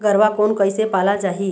गरवा कोन कइसे पाला जाही?